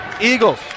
Eagles